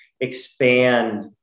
expand